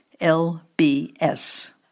LBS